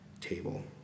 table